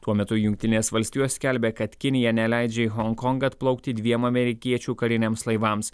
tuo metu jungtinės valstijos skelbia kad kinija neleidžia į honkongą atplaukti dviem amerikiečių kariniams laivams